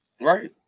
Right